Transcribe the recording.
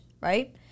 right